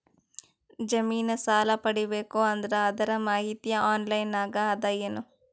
ಜಮಿನ ಸಾಲಾ ಪಡಿಬೇಕು ಅಂದ್ರ ಅದರ ಮಾಹಿತಿ ಆನ್ಲೈನ್ ನಾಗ ಅದ ಏನು?